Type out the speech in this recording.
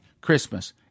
Christmas